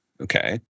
okay